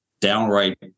downright